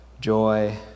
joy